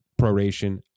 proration